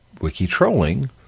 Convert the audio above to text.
wiki-trolling